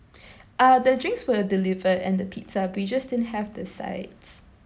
uh the drinks were delivered and the pizza we just didn't have the sides